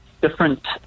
different